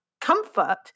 comfort